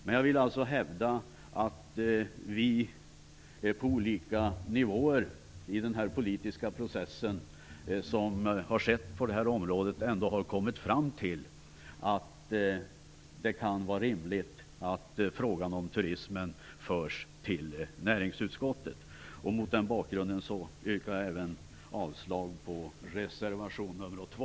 Men jag vill alltså hävda att vi, på olika nivåer i den politiska process som skett på detta område, ändå har kommit fram till att det kan vara rimligt att turismfrågorna överförs till näringsutskottet. Mot den bakgrunden yrkar jag även avslag på reservation 2.